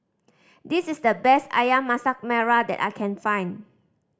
this is the best Ayam Masak Merah that I can find